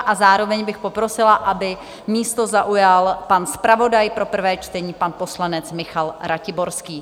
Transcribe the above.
A zároveň bych poprosila, aby místo zaujal pan zpravodaj pro prvé čtení, pan poslanec Michal Ratiborský.